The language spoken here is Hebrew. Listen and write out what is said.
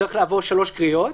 צריך לעבור שלוש קריאות,